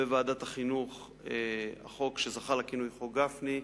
בוועדת החינוך החוק שזכה לכינוי חוק גפני,